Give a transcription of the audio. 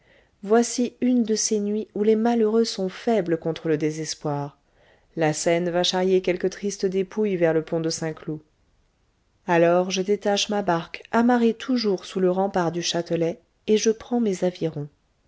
voici une de ces nuits où les malheureux sont faibles contre le désespoir la seine va charrier quelque triste dépouille vers le pont de saint-cloud alors je détache ma barque amarrée toujours sous le rempart du châtelet et je prends mes avirons